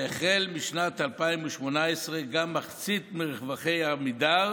והחל משנת 2018 גם מחצית מרווחי עמידר